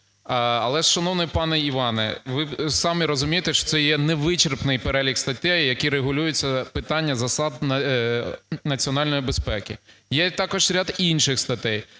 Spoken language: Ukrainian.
Але ж, шановний пане Іване, ви самі розумієте, що це є невичерпний перелік статей, які регулюють питання засад національної безпеки, є також ряд інших статей.